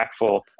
impactful